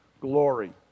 glory